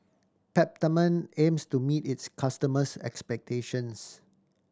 Peptamen aims to meet its customers' expectations